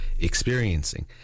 experiencing